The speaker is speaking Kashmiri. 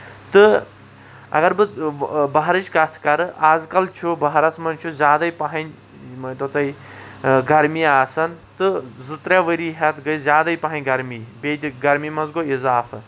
تہٕ اَگر بہٕ بہارٕچ کَتھ کَرٕ آز کل چھُ بہارَس منٛز چھُ زیادٕ پَہم مٲنۍتو تُہۍ گرمی آسان تہٕ زٕ ترے ؤری ہیٚتھ گے زیادٕے پَہم گرمی بیٚیہِ تہِ گرمی منٛز گوٚو اِضافہٕ